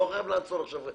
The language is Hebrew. אני לא חייב לעצור עכשיו.